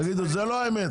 זו לא האמת.